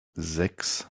sechs